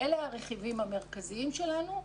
אלה הרכיבים המרכזיים שלנו.